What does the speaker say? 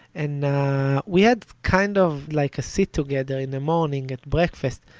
and we had kind of like sit together in the morning, at breakfast,